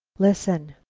listen!